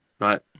Right